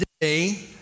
Today